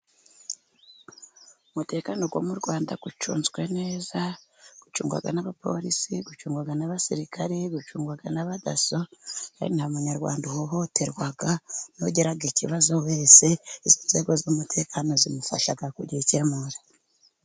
Umutekano wo mu Rwanda ucunzwe neza, ucungwa n'abaporisi, ucungwa n'abasirikare, ucungwa n'abadaso, kandi nta munyarwanda uhohoterwa, n'ugira ikibazo wese, izo nzego z'umutekano zimufasha kugikemura.